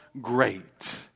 great